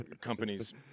companies